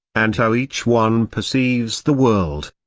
and how each one perceives the world.